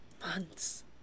Months